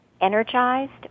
energized